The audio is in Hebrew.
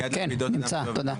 נמצא, תודה.